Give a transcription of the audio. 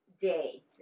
Day